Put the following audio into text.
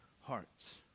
hearts